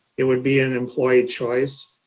it would be an employee choice.